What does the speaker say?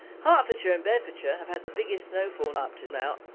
hertfordshire and bedfordshire have had the biggest snowfall up to now.